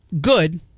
good